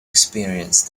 experience